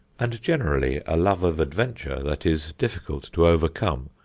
and generally a love of adventure that is difficult to overcome,